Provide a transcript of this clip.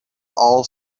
all